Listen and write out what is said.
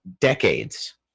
decades